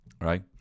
Right